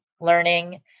learning